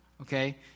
okay